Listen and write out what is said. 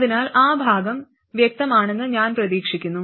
അതിനാൽ ആ ഭാഗം വ്യക്തമാണെന്ന് ഞാൻ പ്രതീക്ഷിക്കുന്നു